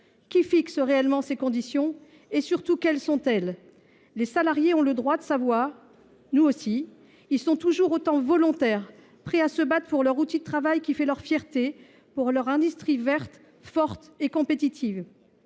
Qui fixe réellement ces conditions et surtout quelles sont-elles ? Les salariés ont le droit de savoir, nous aussi. Ils sont toujours autant volontaires, prêts à se battre pour leur outil de travail qui fait leur fierté pour leur industrie verte, forte et compétitive.